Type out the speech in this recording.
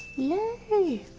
yay!